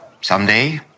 Someday